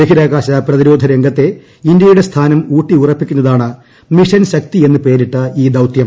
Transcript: ബഹിരാകാശ പ്രതിരോധ രംഗത്തെ ഇന്ത്യയുടെ സ്ഥാനം ഊട്ടിയുറപ്പിക്കുന്നതാണ് മിഷൻ ശക്തി എന്ന് പേരിട്ട ഈ ദൌത്യം